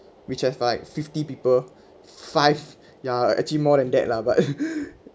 which has fi~ fifty people five ya actually more than that lah but